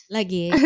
Lagi